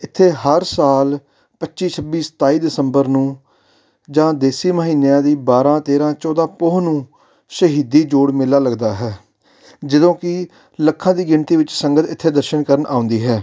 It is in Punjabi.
ਇੱਥੇ ਹਰ ਸਾਲ ਪੱਚੀ ਛੱਬੀ ਸਤਾਈ ਦਸੰਬਰ ਨੂੰ ਜਾਂ ਦੇਸੀ ਮਹੀਨਿਆਂ ਦੀ ਬਾਰ੍ਹਾਂ ਤੇਰ੍ਹਾਂ ਚੌਦ੍ਹਾਂ ਪੋਹ ਨੂੰ ਸ਼ਹੀਦੀ ਜੋੜ ਮੇਲਾ ਲੱਗਦਾ ਹੈ ਜਦੋਂ ਕਿ ਲੱਖਾਂ ਦੀ ਗਿਣਤੀ ਵਿੱਚ ਸੰਗਤ ਇੱਥੇ ਦਰਸ਼ਨ ਕਰਨ ਆਉਂਦੀ ਹੈ